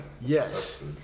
Yes